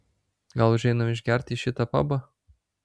gal užeinam išgerti į šitą pabą